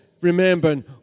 remembering